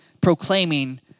proclaiming